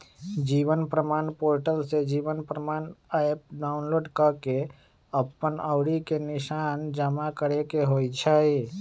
जीवन प्रमाण पोर्टल से जीवन प्रमाण एप डाउनलोड कऽ के अप्पन अँउरी के निशान जमा करेके होइ छइ